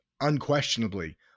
unquestionably